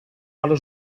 allo